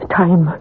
time